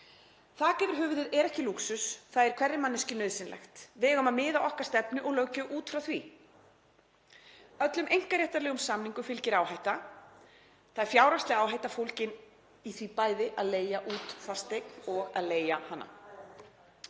Þak yfir höfuðið er ekki lúxus. Það er hverri manneskju nauðsynlegt. Við eigum að miða okkar stefnu og löggjöf út frá því. Öllum einkaréttarlegum samningum fylgir áhætta. Það er fjárhagsleg áhætta fólgin í því bæði að leigja út fasteign og að leigja hana.